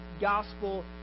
gospel